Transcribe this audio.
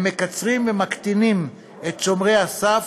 הם מקצרים ומקטינים את שומרי הסף,